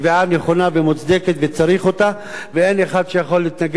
ומוצדקת וצריך אותה ואין אחד שיכול להתנגד לה.